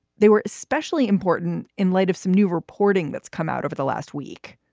they were especially important in light of some new reporting that's come out over the last week.